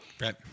Right